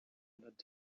that